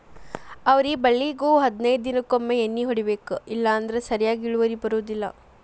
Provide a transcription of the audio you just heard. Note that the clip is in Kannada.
ಅವ್ರಿ ಬಳ್ಳಿಗು ಹದನೈದ ದಿನಕೊಮ್ಮೆ ಎಣ್ಣಿ ಹೊಡಿಬೇಕ ಇಲ್ಲಂದ್ರ ಸರಿಯಾಗಿ ಇಳುವರಿ ಬರುದಿಲ್ಲಾ